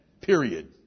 Period